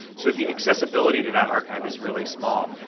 so the accessibility to that archive is really small,